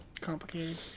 Complicated